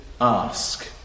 ask